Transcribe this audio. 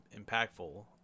impactful